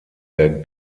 der